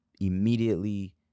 immediately